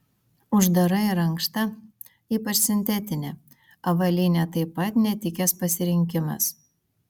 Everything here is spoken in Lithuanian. uždara ir ankšta ypač sintetinė avalynė taip pat netikęs pasirinkimas